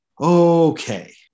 okay